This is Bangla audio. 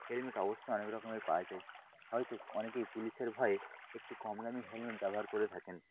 হেলমেট অবশ্যই অনেক রকমের পাওয়া যায় হয়তো অনেকেই পুলিশের ভয়ে একটি কম দামি হেলমেট ব্যবহার করে থাকেন